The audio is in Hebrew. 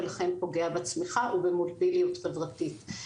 ולכן פוגע בצמיחה ובמוביליות חברתית.